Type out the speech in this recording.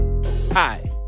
hi